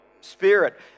spirit